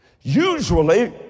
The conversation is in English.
Usually